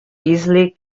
easily